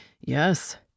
Yes